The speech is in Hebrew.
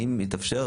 אם יתאפשר,